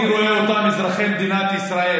אני רואה בהם אזרחי מדינת ישראל.